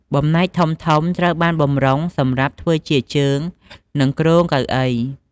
បំណែកធំៗត្រូវបានបម្រុងសម្រាប់ធ្វើជាជើងនិងគ្រោងកៅអី។